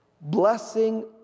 blessing